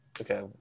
Okay